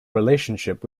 relationship